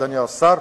אדוני השר.